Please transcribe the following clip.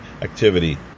activity